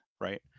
right